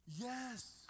yes